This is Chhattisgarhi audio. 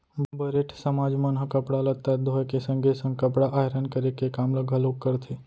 बरेठ समाज मन ह कपड़ा लत्ता धोए के संगे संग कपड़ा आयरन करे के काम ल घलोक करथे